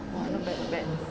!wah! not bad not bad